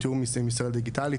בתיאום עם הדיגיטלית,